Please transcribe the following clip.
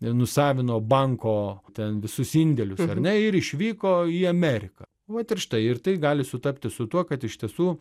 nusavino banko ten visus indėlius ar ne ir išvyko į ameriką vat ir štai ir tai gali sutapti su tuo kad iš tiesų